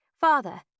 Father